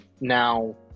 Now